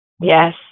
Yes